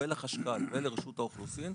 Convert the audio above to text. לחשכ"ל ולרשות האוכלוסין,